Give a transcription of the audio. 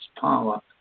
power